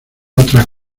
otras